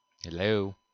Hello